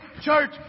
church